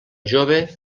jove